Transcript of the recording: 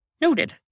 noted